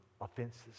offenses